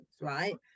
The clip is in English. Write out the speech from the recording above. right